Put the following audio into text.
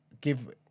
give